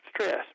stress